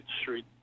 Street